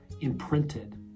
imprinted